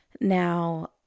Now